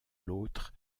l’autre